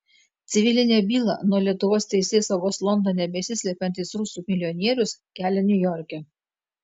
civilinę bylą nuo lietuvos teisėsaugos londone besislepiantis rusų milijonierius kelia niujorke